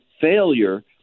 failure